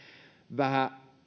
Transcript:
vähän